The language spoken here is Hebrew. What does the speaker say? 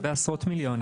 זה בעשרות מיליונים.